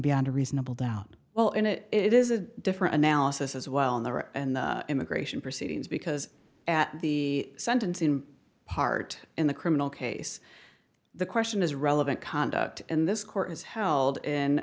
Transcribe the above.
beyond a reasonable doubt well in it it is a different analysis as well in there and the immigration proceedings because at the sentence in part in the criminal case the question is relevant conduct in this court is held in